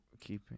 Keeping